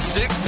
Six